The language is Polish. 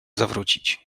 zawrócić